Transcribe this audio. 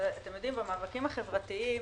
במאבקים החברתיים